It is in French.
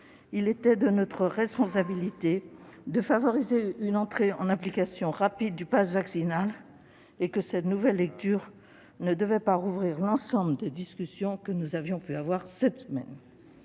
il était de notre responsabilité de favoriser une entrée en application rapide du passe vaccinal et que cette nouvelle lecture ne devait pas rouvrir l'ensemble des discussions que nous avions pu avoir cette semaine.